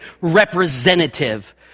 representative